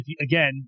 again